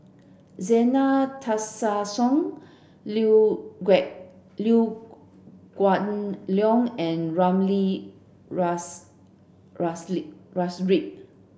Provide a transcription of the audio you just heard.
Zena Tessensohn Liew Liew Geok Leong and Ramli Sarip